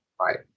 Right